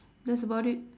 that's about it